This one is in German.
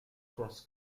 cross